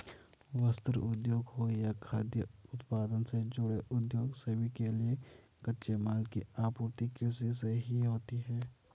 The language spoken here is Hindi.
वस्त्र उद्योग हो या खाद्य उत्पादन से जुड़े उद्योग सभी के लिए कच्चे माल की आपूर्ति कृषि से ही होती है